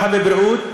הרווחה והבריאות,